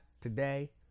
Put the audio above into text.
today